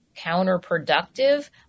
counterproductive